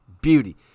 beauty